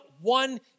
one